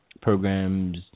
programs